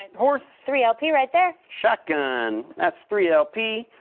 horse. three lp right there. shotgun, that's three lp,